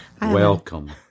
welcome